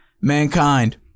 Mankind